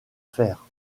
faire